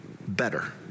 better